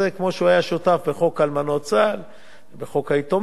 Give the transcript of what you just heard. כמו שהוא היה שותף לחוק אלמנות צה"ל וחוק היתומים,